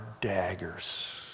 daggers